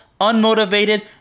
unmotivated